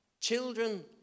Children